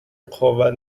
قوت